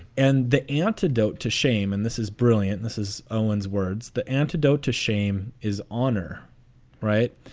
and the antidote to shame and this is brilliant. this is owen's words. the antidote to shame is honor right.